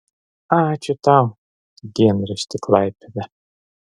ačiū tau dienrašti klaipėda